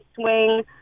swing